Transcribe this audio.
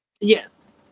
yes